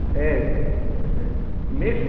A miss